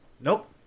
nope